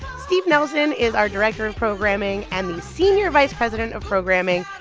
steve nelson is our director of programming. and the senior vice president of programming,